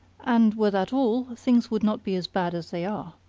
and were that all, things would not be as bad as they are.